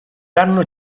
danno